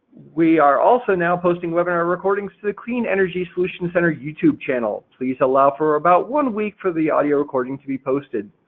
we are also now posting webinar recordings to the clean energy solution center youtube channel. please allow for about one week for the audio recording to be posted.